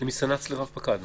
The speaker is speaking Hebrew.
מסנ"צ לרב פקד?